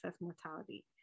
mortality